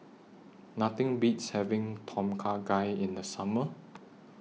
Nothing Beats having Tom Kha Gai in The Summer